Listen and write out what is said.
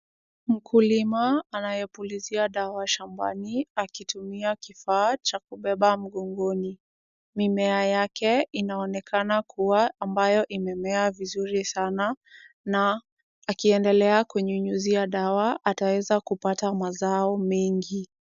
Mkulima anayepulizia dawa shambani akitumia kifaa cha kubeba mgongoni. Mimea yake inaonekana kuwa ambayo imemea vizuri sana na akiendelea kunyunyuzia dawa ataweza kupata mazao mengi.